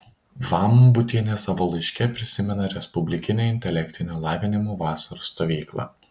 vambutienė savo laiške prisimena respublikinę intelektinio lavinimo vasaros stovyklą